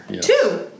Two